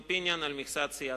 2),